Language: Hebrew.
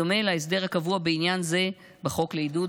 בדומה להסדר הקבוע בעניין זה בחוק לעידוד